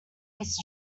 was